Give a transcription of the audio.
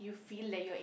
you feel like you are in